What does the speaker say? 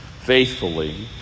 faithfully